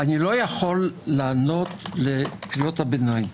לא יכול לענות לקריאות הביניים.